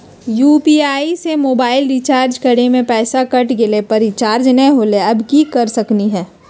UPI से mobile recharge करे में पैसा कट गेलई, पर रिचार्ज नई होलई, अब की कर सकली हई?